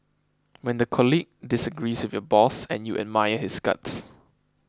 when the colleague disagrees with your boss and you admire his guts